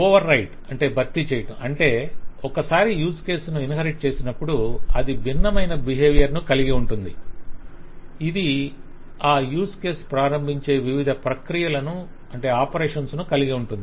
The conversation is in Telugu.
ఓవర్రైడ్ అంటే ఒకసారి యూజ్ కేస్ ను ఇన్హెరిట్ చేసినప్పుడు అది భిన్నమైన బిహేవియర్ ను కలిగి ఉంటుంది ఇది ఆ యూజ్ కేస్ ప్రారంభించే వివిధ ప్రక్రియలను కలిగి ఉంటుంది